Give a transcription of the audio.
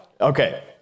Okay